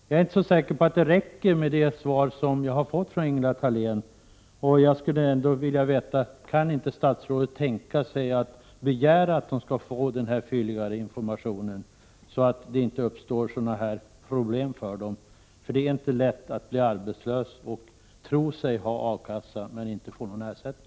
Jag är inte säker på att det räcker med det svar som jag har fått från Ingela Thalén, och jag skulle vilja veta om inte statsrådet kan tänka sig att begära att en fylligare information skall ges, så att det inte uppstår sådana här problem. Det är inte lätt att bli arbetslös och tro sig kunna få ersättning från A-kassan men inte få någon sådan.